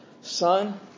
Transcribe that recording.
Son